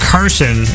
Carson